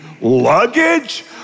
luggage